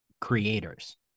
creators